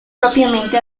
propiamente